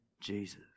Jesus